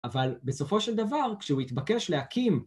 אבל בסופו של דבר כשהוא התבקש להקים